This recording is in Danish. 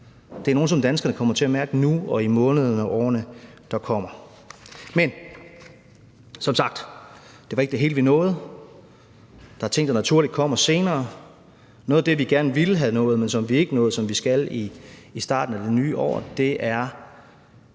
Det er nogle, som danskerne kommer til at mærke nu og i månederne og årene, der kommer. Men som sagt: Det var ikke det hele, vi nåede. Der er ting, der naturligt kommer senere. Noget af det, vi gerne ville have nået, men som vi ikke nåede, og som vi skal i starten af det nye år, er